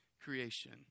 creation